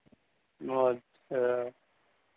अच्छा